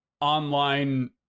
online